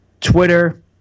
Twitter